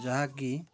ଯାହାକି